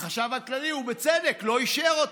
החשב הכללי, ובצדק, לא אישר אותו.